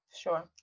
Sure